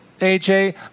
aj